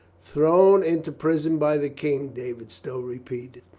thrown into prison by the king? david stow repeated.